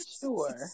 Sure